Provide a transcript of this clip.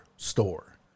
store